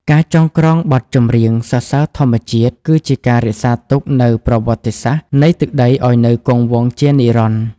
ការចងក្រងបទចម្រៀងសរសើរធម្មជាតិ គឺជាការរក្សាទុកនូវប្រវត្តិសាស្ត្រនៃទឹកដីឱ្យនៅគង់វង្សជានិរន្តរ៍។